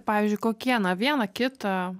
pavyzdžiui kokie na vieną kitą